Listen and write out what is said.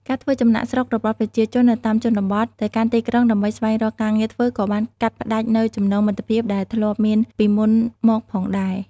ការធ្វើចំណាកស្រុករបស់ប្រជាជននៅតាមជនបទទៅកាន់ទីក្រុងដើម្បីស្វែងរកការងារធ្វើក៏បានកាត់ផ្តាច់នូវចំណងមិត្តភាពដែលធ្លាប់មានពីមុនមកផងដែរ។